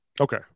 Okay